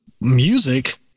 music